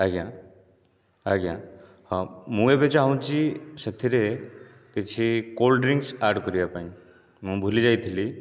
ଆଜ୍ଞା ଆଜ୍ଞା ହଁ ମୁଁ ଏବେ ଚାହୁଁଛି ସେଥିରେ କିଛି କୋଲ୍ଡ ଡ୍ରିଂକ୍ସ ଆଡ୍ କରିବା ପାଇଁ ମୁଁ ଭୁଲିଯାଇଥିଲି